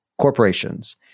corporations